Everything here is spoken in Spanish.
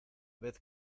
vez